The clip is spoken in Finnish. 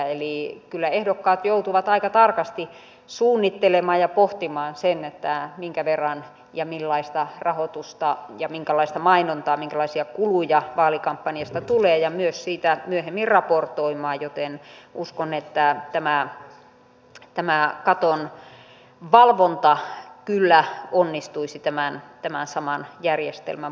eli kyllä ehdokkaat joutuvat aika tarkasti suunnittelemaan ja pohtimaan minkä verran ja millaista rahoitusta ja minkälaista mainontaa minkälaisia kuluja vaalikampanjasta tulee ja myös siitä myöhemmin raportoimaan joten uskon että tämä katon valvonta kyllä onnistuisi saman järjestelmän puitteissa